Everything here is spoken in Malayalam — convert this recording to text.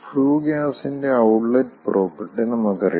ഫ്ലൂ ഗ്യാസിന്റെ ഔട്ട്ലെറ്റ് പ്രോപ്പർട്ടി നമുക്കറിയാം